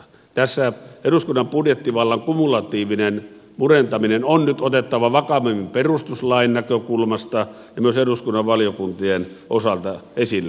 tässä eduskunnan budjettivallan kumulatiivinen murentaminen on nyt otettava vakavammin perustuslain näkökulmasta ja myös eduskunnan valiokuntien osalta esille